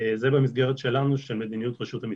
זה במסגרת שלנו, של מדיניות רשות המסים.